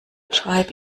schreib